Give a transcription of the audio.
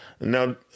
Now